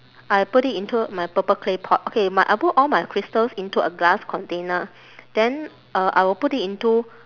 I put it into my purple clay pot okay my I put all my crystals into a glass container then uh I will put it into